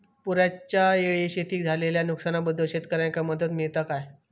पुराच्यायेळी शेतीत झालेल्या नुकसनाबद्दल शेतकऱ्यांका मदत मिळता काय?